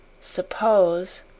suppose